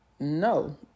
No